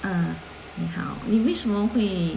嗯你好你为什么会